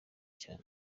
cyane